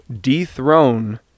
dethrone